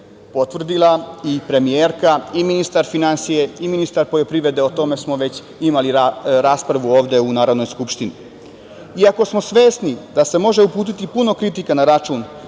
i premijerka i ministar finansija i ministar poljoprivrede i o tome smo već imali raspravu ovde u Narodnoj skupštini. Iako smo svesni da se može uputiti puno kritika na račun